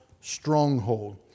stronghold